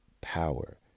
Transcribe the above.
power